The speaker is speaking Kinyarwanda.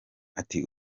ati